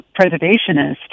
preservationist